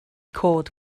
cod